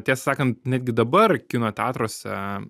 tiesą sakant netgi dabar kino teatruose